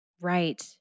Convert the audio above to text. Right